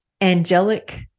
angelic